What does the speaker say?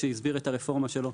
שהסביר את הרפורמה שלו,